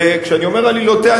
כשאני אומר "עלילותיה",